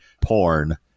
porn